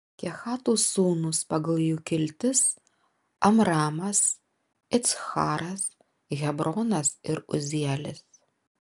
kehato sūnūs pagal jų kiltis amramas iccharas hebronas ir uzielis